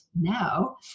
now